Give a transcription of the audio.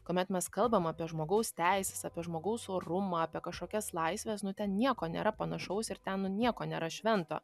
kuomet mes kalbam apie žmogaus teises apie žmogaus orumą apie kažkokias laisves nu ten nieko nėra panašaus ir ten nu nieko nėra švento